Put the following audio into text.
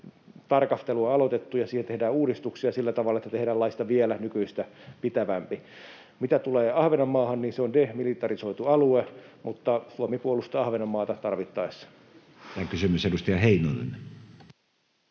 tarkastelu on aloitettu, ja siihen tehdään uudistuksia sillä tavalla, että tehdään laista vielä nykyistä pitävämpi. Mitä tulee Ahvenanmaahan, niin se on demilitarisoitu alue, mutta Suomi puolustaa Ahvenanmaata tarvittaessa. [Speech 33] Speaker: Matti Vanhanen